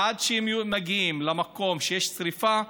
עד שמגיעים למקום שיש שרפה,